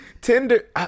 Tinder